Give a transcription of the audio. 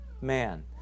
man